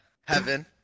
Heaven